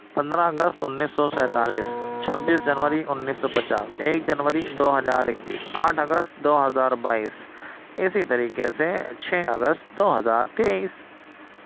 پندرہ اگست انیس سو سیتالیس چھبیس جنوری انیس سو پچاس ایک جنوری دو ہزار اکیس آٹھ اگست دو ہزار بائیس اسی طریقے سے چھ اگست دو ہزار تیئیس